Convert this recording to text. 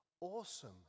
awesome